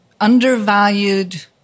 undervalued